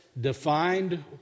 defined